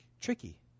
tricky